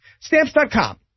Stamps.com